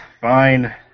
Fine